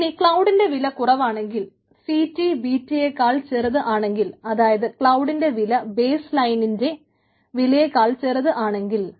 ഇനി ക്ലൌഡിന് വില കുറവാണെങ്കിൽ CT BT യെക്കാൾ ചെറുത് ആണെങ്കിൽ അതായത് ക്ലൌടിന്റെ വില ബെയ്സ്ലൈനിന്റെ വിലയേക്കാൾ ചെറുത് ആണെങ്കിൽ